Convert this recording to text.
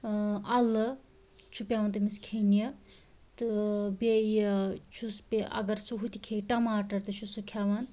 اَلہٕ چھُ پٮ۪وان تٔمِس کھیٚنہِ تہٕ بیٚیہِ چھُس اگر سُہ ہُتہِ کھے ٹماٹر تہِ چھُ سُہ کھٮ۪وان